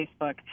Facebook